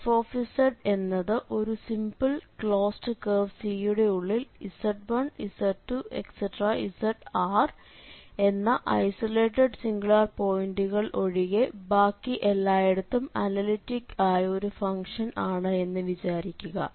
f എന്നത് ഒരു simple closed curve C യുടെ ഉള്ളിൽ z1z2zr എന്ന ഐസൊലേറ്റഡ് സിംഗുലാർ പോയിന്റുകൾ ഒഴികെ ബാക്കി എല്ലായിടത്തും അനലിറ്റിക്ക് ആയ ഒരു ഫംഗ്ഷൻ ആണ് എന്ന് വിചാരിക്കുക